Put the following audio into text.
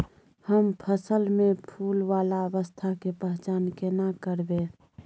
हम फसल में फुल वाला अवस्था के पहचान केना करबै?